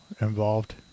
involved